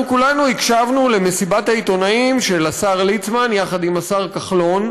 כולנו הקשבנו למסיבת העיתונאים של השר ליצמן יחד עם השר כחלון,